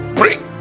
break